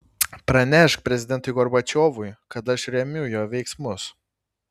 pranešk prezidentui gorbačiovui kad aš remiu jo veiksmus